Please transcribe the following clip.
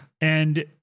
And-